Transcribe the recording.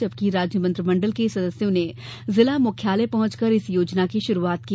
जबकि राज्यमंत्रि मंडल के सदस्यों ने जिला मुख्यालय पहुंचकर इस योजना की शुरूआत की